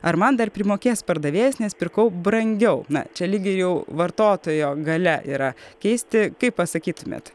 ar man dar primokės pardavėjas nes pirkau brangiau na čia lyg ir jau vartotojo galia yra keisti kaip pasakytumėt